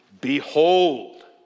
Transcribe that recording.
Behold